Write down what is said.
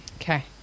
Okay